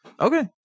okay